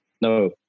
no